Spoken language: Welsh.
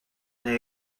neu